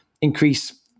increase